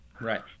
Right